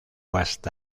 hasta